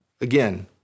Again